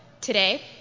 Today